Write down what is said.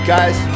Guys